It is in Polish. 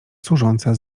służąca